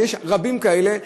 ויש רבים כאלה,